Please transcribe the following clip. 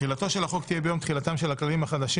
תחילתו של החוק תהיה ביום תחילתם של הכללים החדשים